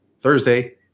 thursday